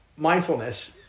Mindfulness